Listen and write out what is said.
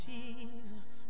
Jesus